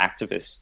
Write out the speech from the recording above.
activists